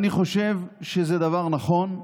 אני חושב שזה דבר נכון,